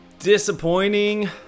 Disappointing